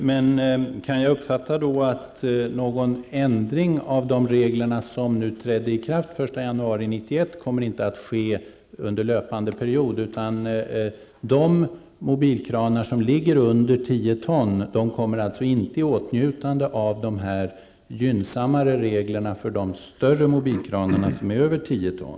Herr talman! Kan jag då uppfatta att någon ändring av de regler som trädde i kraft den 1 januari 1991 inte kommer att ske under löpande period utan mobilkranar under 10 ton kommer inte i åtnjutande av de gynnsammare regler som gäller för mobilkranar över 10 ton?